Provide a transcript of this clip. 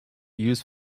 use